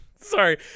Sorry